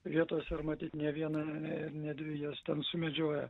vietose ir matyt ne vieną ir ne dvi jas ten sumedžioja